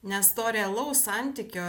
nes to realaus santykio